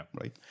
right